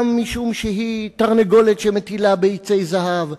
גם משום שהוא תרנגולת שמטילה ביצי זהב,